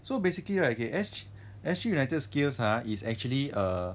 so basically right okay S_G S_G united skills ah is actually err